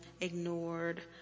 ignored